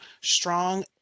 strong